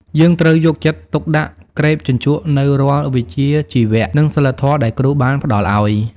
យើងត្រូវយកចិត្តទុកដាក់ក្រេបជញ្ជក់នូវរាល់វិជ្ជាជីវៈ និងសីលធម៌ដែលគ្រូបានផ្តល់ឱ្យ។